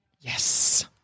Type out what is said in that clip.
Yes